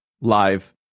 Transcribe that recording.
live